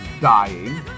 dying